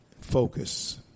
Focus